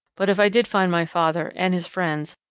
but if i did find my father and his friends,